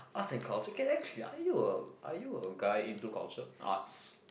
arts and culture okay actually are you a are you a guy into culture arts